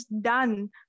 done